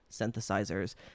synthesizers